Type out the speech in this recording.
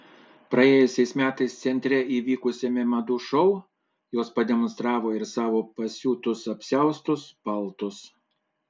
praėjusiais metais centre įvykusiame madų šou jos pademonstravo ir savo pasiūtus apsiaustus paltus